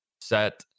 Set